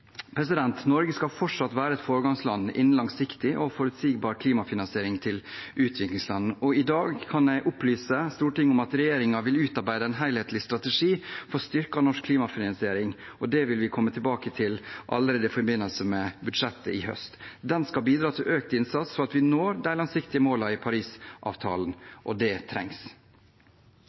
Norge skal fortsatt være et foregangsland i en langsiktig og forutsigbar klimafinansiering til utviklingsland. I dag kan jeg opplyse Stortinget om at regjeringen vil utarbeide en helhetlig strategi for å styrke norsk klimafinansiering. Det vil vi komme tilbake til allerede i forbindelse med budsjettet i høst. Den skal bidra til økt innsats for å nå de langsiktige målene i Parisavtalen, og det trengs.